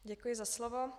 Děkuji za slovo.